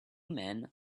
men